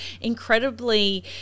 incredibly